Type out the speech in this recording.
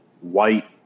white